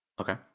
Okay